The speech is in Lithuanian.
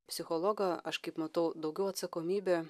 psichologo aš kaip matau daugiau atsakomybė